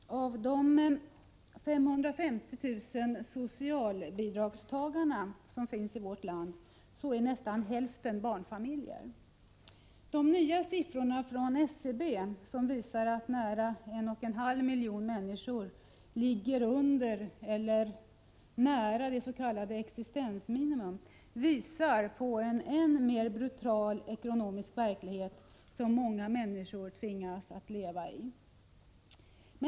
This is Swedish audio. Herr talman! Av de 550 000 socialbidragstagarna i vårt land är nästan hälften barnfamiljer. De nya siffrorna från SCB, enligt vilka nära en och en halv miljon människor ligger under eller nära det s.k. existensminimumet, visar på en brutal ekonomisk verklighet som många människor tvingas att leva i.